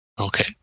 Okay